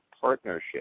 partnership